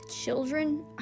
Children